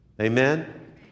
Amen